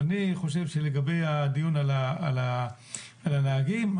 לגבי הדיון על הנהגים,